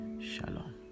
shalom